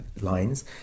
Lines